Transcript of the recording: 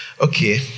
Okay